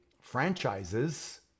franchises